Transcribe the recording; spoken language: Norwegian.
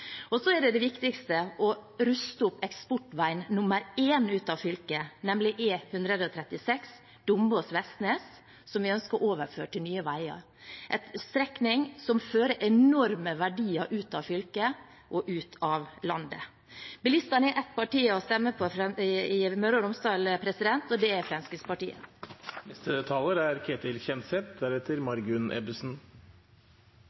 Så er det det viktigste: å ruste opp eksportvei nr. én ut av fylket, nemlig E136 Dombås–Vestnes, som vi ønsker overført til Nye Veier, en strekning som fører enorme verdier ut av fylket og ut av landet. Bilistene har ett parti å stemme på i Møre og Romsdal, og det er